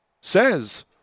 says